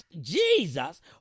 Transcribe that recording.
Jesus